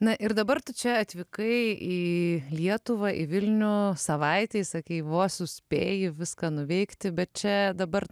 na ir dabar tu čia atvykai į lietuvą į vilnių savaitei sakei vos suspėji viską nuveikti bet čia dabar